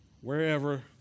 wherever